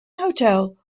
hotel